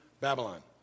Babylon